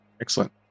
Excellent